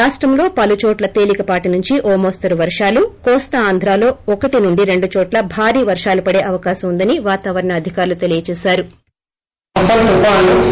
రాష్టంలో పలుచోట్ల తేలికపాటి నుంచి ఓ మోస్తారు వర్షాలు కోస్తాంధ్రలో ఒకటి రెండు చోట్ల భారీ వర్షాలు పడే అవకాశం వుందని వాతావరణ అధికారులు తెలిపారు